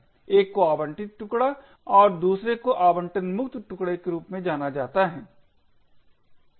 एक को आवंटित टुकड़ा और दूसरे को आवंटनमुक्त टुकडे के रूप में जाना जाता है